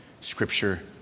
scripture